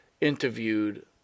interviewed